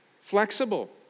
Flexible